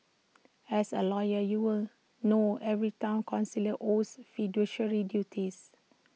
as A lawyer you will know every Town councillor owes fiduciary duties